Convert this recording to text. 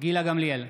גילה גמליאל,